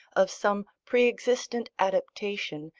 of some pre-existent adaptation,